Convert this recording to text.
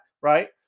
right